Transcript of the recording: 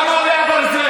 כמה עולה הברזל?